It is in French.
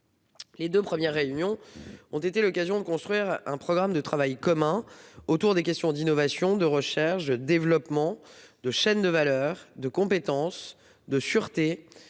Ces deux premières réunions ont été l'occasion de construire un programme de travail commun, autour des questions d'innovation, de recherche et développement, de chaînes de valeur, de compétences, de sûreté